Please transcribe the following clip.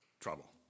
trouble